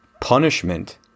punishment